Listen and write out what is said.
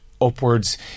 upwards